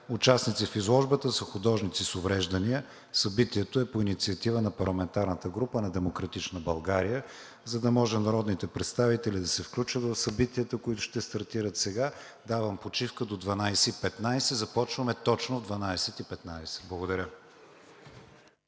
Участници в изложбата са художници с увреждания. Събитието е по инициатива на парламентарната група на „Демократична България“. За да може народните представители да се включат в събитията, които ще стартират сега, давам почивка до 12,15 ч. Започваме точно в 12,15 ч.